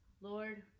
lord